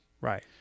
Right